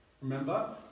Remember